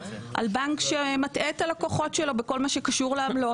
על בנק שמטעה את הלקוחות שלו בכל מה שקשור לעמלות.